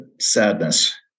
sadness